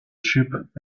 ship